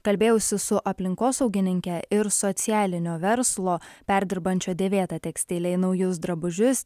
kalbėjausi su aplinkosaugininke ir socialinio verslo perdirbančio dėvėtą tekstilę į naujus drabužius